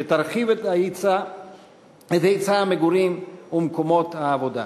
שתרחיב את היצע המגורים ומקומות העבודה.